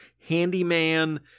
handyman